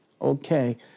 Okay